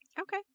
Okay